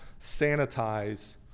sanitize